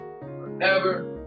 forever